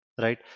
right